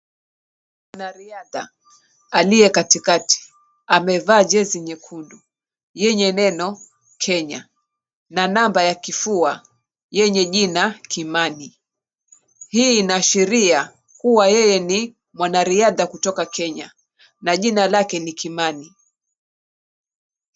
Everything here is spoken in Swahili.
Mwanariadha aliye katikati amevaa jezi nyekundu yenye neno, Kenya, na namba ya kifua yenye jina Kimani. Hii inaashiria kuwa yeye ni mwanariadha kutoka Kenya, na jina lake ni Kimani.